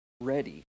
ready